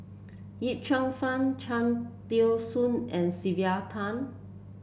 Yip Cheong Fun Cham Tao Soon and Sylvia Tan